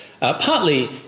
partly